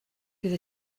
bydd